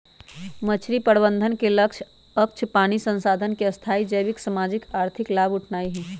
मछरी प्रबंधन के लक्ष्य अक्षय पानी संसाधन से स्थाई जैविक, सामाजिक, आर्थिक लाभ उठेनाइ हइ